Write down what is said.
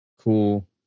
cool